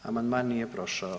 Amandman nije prošao.